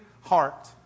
heart